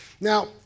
Now